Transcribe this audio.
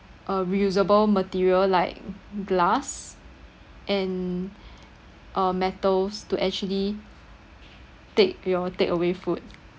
uh reusable material like glass and uh metals to actually take your takeaway food